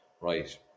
right